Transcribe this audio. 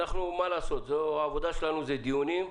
העבודה שלנו זה דיונים,